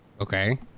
Okay